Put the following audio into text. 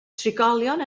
trigolion